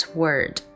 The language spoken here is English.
word